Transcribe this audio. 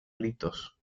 gritos